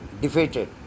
defeated